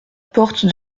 porte